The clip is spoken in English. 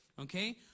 Okay